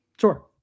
Sure